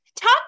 Talk